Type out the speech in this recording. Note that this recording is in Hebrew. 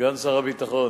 סגן שר הביטחון,